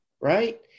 right